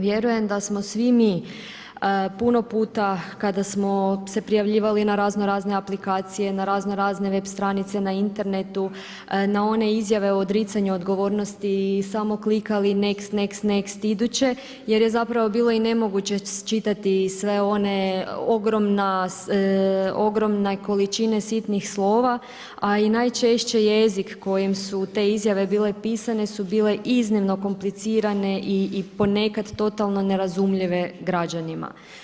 Vjerujem da smo svi mi puno puta, kada smo se prijavljivali na razno razne aplikacije, na razno razne web stranice na internetu, na one izjave o odricanju odgovornosti i samo klikali next, next, next iduće, jer je zapravo bilo i nemoguće čitati sve one ogromne količine sitnih slova, ali najčešći jezik kojim su te izjave bile pisane su bile iznimno komplicirane i ponekad totalno nerazumljive građanima.